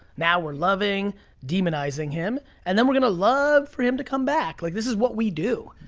now we're loving demonizing him. and then we're gonna love for him to come back. like this is what we do.